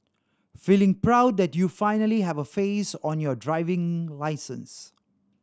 feeling proud that you finally have a face on your driver's license